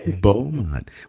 Beaumont